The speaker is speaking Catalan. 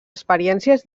experiències